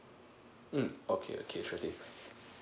mm okay okay sure thing